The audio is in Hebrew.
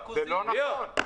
זה לא נכון.